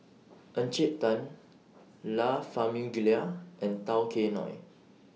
Encik Tan La Famiglia and Tao Kae Noi